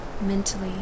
Mentally